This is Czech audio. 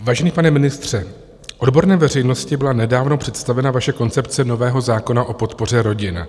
Vážený pane ministře, odborné veřejnosti byla nedávno představena vaše koncepce nového zákona o podpoře rodin.